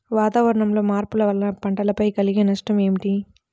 వాతావరణంలో మార్పుల వలన పంటలపై కలిగే నష్టం ఏమిటీ?